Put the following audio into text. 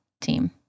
team